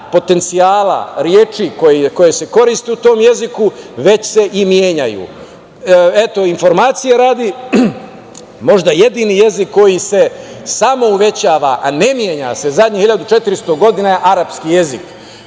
potencijala reči koje se koriste u tom jeziku, već se i menjaju. Informacije radi, možda jedini jezik koji se samo uvećava a ne menja se poslednjih 1.400 godina je arapski jezik,